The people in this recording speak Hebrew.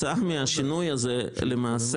התוספת הראשונה כוללת את המידע והמסמכים שיש לצרף לבקשה,